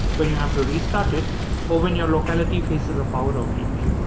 when you have to restart it or when your locality faces a power outage.